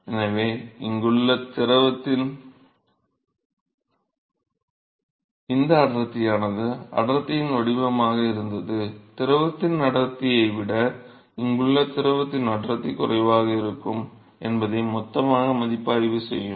எனவே இங்குள்ள திரவத்தின் இந்த அடர்த்தியானது அடர்த்தியின் வடிவமாக இருந்தது திரவத்தின் அடர்த்தியை விட இங்குள்ள திரவத்தின் அடர்த்தி குறைவாக இருக்கும் என்பதை மொத்தமாக மதிப்பாய்வு செய்யும்